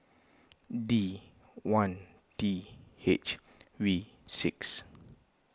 D one T H V six